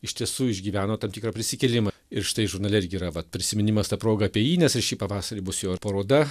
iš tiesų išgyveno tam tikrą prisikėlimą ir štai žurnale irgi yra vat prisiminimas ta proga apie jį nes ir šį pavasarį bus jo ir paroda